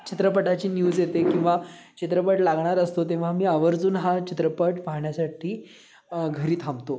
चित्रपटाची न्यूज येते किंवा चित्रपट लागणार असतो तेव्हा मी आवर्जून हा चित्रपट पाहण्यासाठी घरी थांबतो